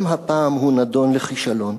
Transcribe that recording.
גם הפעם הוא נידון לכישלון.